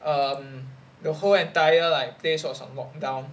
um the whole entire like place was on lockdown